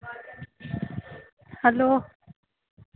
hello